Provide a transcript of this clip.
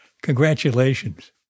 Congratulations